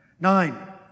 Nine